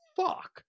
fuck